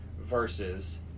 versus